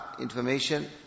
information